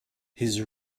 his